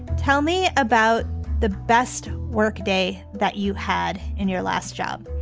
tell me about the best work day that you had in your last job.